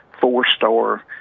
four-star